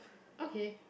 okay